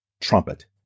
trumpet